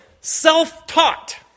self-taught